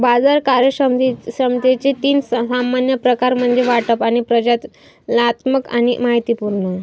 बाजार कार्यक्षमतेचे तीन सामान्य प्रकार म्हणजे वाटप, प्रचालनात्मक आणि माहितीपूर्ण